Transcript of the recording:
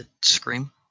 Scream